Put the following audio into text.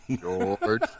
George